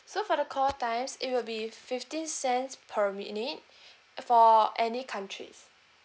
so for the call times it will be fifteen cents per minute for any countries